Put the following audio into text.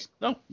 No